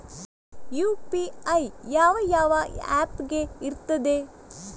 UPI ಯಾವ ಯಾವ app ಗೆ ಇರ್ತದೆ?